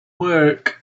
work